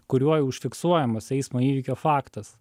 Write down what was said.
kuriuo užfiksuojamas eismo įvykio faktas